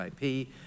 IP